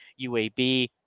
uab